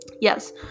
yes